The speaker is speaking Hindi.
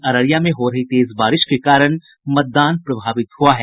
अररिया में हो रही तेज बारिश के कारण मतदान प्रभावित हुआ है